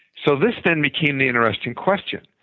so this then became the interesting question.